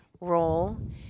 role